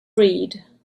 read